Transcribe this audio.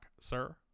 sir